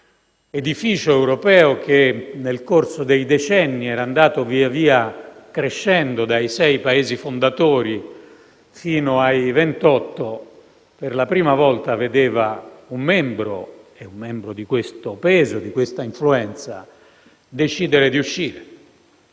l'edificio europeo - che nel corso dei decenni era andato via via crescendo dai sei Paesi fondatori sino ad arrivare ai 28 - per la prima volta vedeva un membro, di questo peso e di questa influenza, decidere di uscire.